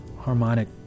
harmonic